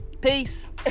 Peace